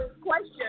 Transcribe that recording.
question